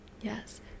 Yes